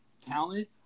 talent